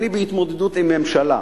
אני בהתמודדות עם ממשלה.